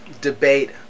debate